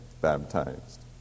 baptized